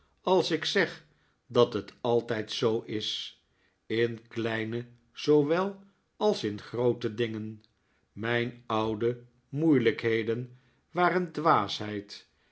als ik zeg dat het altijd zoo is in kleine zoowel als in groote dingen mijn oude moeilijkheden waren dwaasheid en